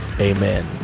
Amen